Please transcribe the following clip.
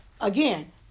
again